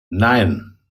nein